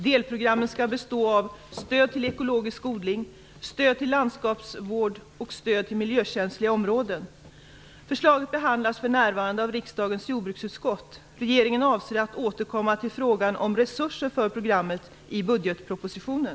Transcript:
Delprogrammen skall bestå av stöd till ekologisk odling, stöd till landskapsvård och stöd till miljökänsliga områden. Förslaget behandlas för närvarande av riskdagens jordbruksutskott. Regeringen avser att återkomma till frågan om resurser för programmet i budgetpropositionen.